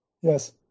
Yes